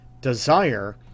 desire